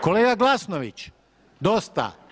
Kolega Glasnović, dosta!